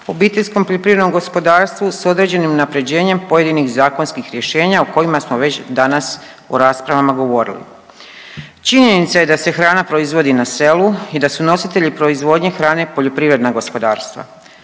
Obiteljskom poljoprivrednom gospodarstvu sa određenim unapređenjem pojedinih zakonskih rješenja o kojima smo već danas u raspravama govorili. Činjenica je da se hrana proizvodi na selu i da su nositelji proizvodnje hrane poljoprivredna gospodarstva.